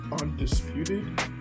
undisputed